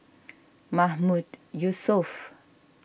Mahmood Yusof